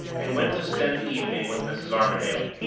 and went to spend the evening with mrs. armadale,